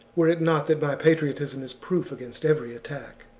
were it not that my patriotism is proof against every attack.